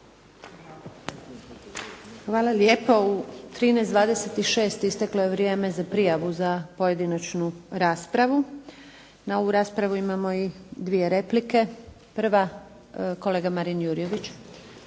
Hvala lijepo. U 13,26 isteklo je vrijeme za prijavu za pojedinačnu raspravu. Na ovu raspravu imamo i dvije replike. Prva, kolega Marin Jurjević.